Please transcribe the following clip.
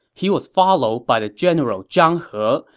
he was followed by the general zhang he,